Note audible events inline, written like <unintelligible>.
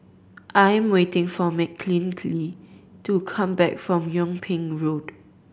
I am waiting for <unintelligible> to come back from Yung Ping Road